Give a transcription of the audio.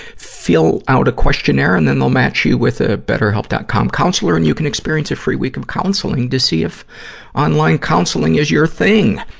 fill out a questionnaire and then they'll match you with a betterhelp. com counselor and you can experience a free week of counseling to see if online counseling is your thing.